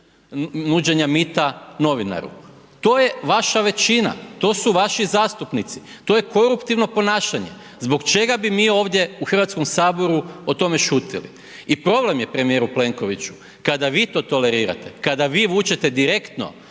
nuđenja mita novinaru, to je vaša većina, to su vaši zastupnici, to je koruptivno ponašanje. Zbog čega bi mi ovdje u Hrvatskom saboru o tome šutjeli? I problem je premijeru Plenkoviću kada vi to tolerirate, kada vi vučete direktno